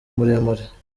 muremure